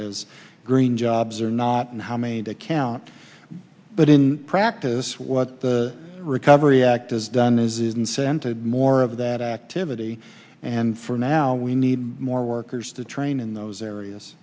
as green jobs or not and how many to count but in practice what the recovery act has done is incented more of that activity and for now we need more workers to train in those areas